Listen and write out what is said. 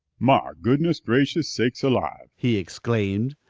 mah goodness gracious sakes alive! he exclaimed.